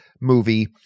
movie